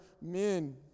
men